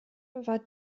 war